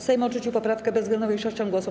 Sejm odrzucił poprawkę bezwzględną większością głosów.